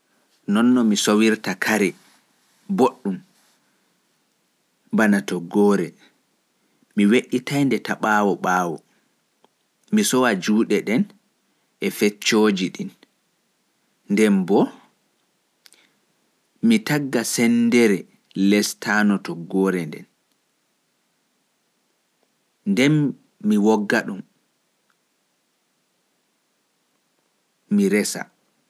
Nonno mi sowirta kare boɗɗum: bana toggoore, mi we'itande ɓaawo ɓaawo mi sowa juuɗe ɗen e feccooji ɗin. Nden bo mi tagga senndere lestaano toggoore nden mi sowidande mi resa.